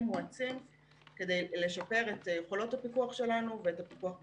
מואצים כדי לשפר את יכולות הפיקוח שלנו ואת הפיקוח בפועל.